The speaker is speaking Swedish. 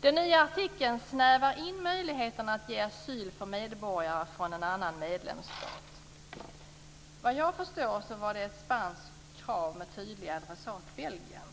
Den nya artikeln snävar in möjligheterna att ge asyl för medborgare från en annan medlemsstat. Såvitt jag förstår var det ett spanskt krav med tydlig adressat Belgien.